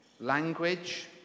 Language